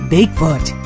Bigfoot